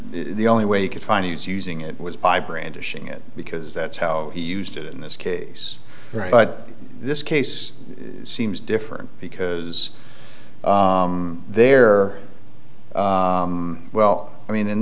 the only way you could find a use using it was by brandishing it because that's how he used it in this case but this case seems different because they're well i mean in